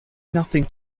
nothing